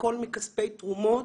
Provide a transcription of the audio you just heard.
הכול מכספי תרומות,